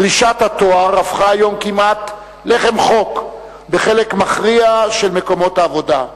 דרישת התואר הפכה היום כמעט לחם חוק בחלק מכריע של מקומות העבודה.